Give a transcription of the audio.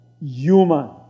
human